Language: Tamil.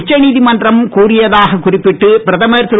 உச்சநீதிமன்றம் கூறியதாக குறிப்பிட்டு பிரதமர் திரு